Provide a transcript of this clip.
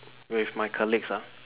with my colleagues ah